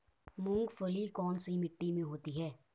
मूंगफली कौन सी मिट्टी में होती है?